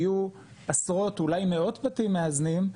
שיהיו עשרות או אולי מאות בתים מאזנים,